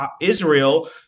Israel